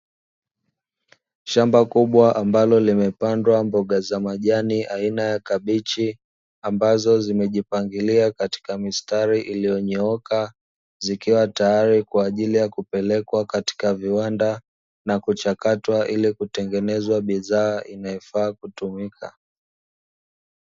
Shamba kubwa ambalo limepandwa mboga za majani aina ya kabichi ambazo zimejipangilia katika mistari iliyonyooka zikiwa tayari kwa ajili ya kupelekwa katika viwanda na kuchakatwa ili kutengenezwa bidhaa inayofaa kutumika.